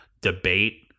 debate